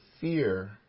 fear